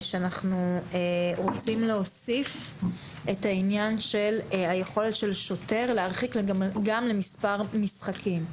שאנחנו רוצים להוסיף את עניין יכולת השוטר להרחיק גם למספר משחקים.